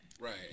Right